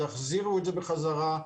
תחזירו את זה בחזרה.